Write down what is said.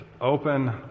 open